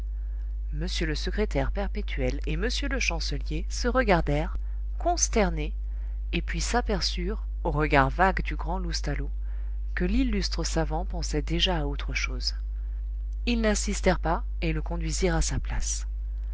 m le secrétaire perpétuel et m le chancelier se regardèrent consternés et puis s'aperçurent au regard vague du grand loustalot que l'illustre savant pensait déjà à autre chose ils n'insistèrent pas et le conduisirent à sa place